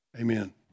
amen